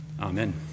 Amen